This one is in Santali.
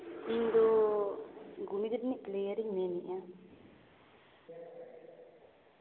ᱤᱧ ᱫᱚ ᱜᱩᱦᱤᱫᱟ ᱨᱤᱱᱤᱡ ᱯᱞᱮᱭᱟᱨᱤᱧ ᱢᱮᱱᱮᱫᱼᱟ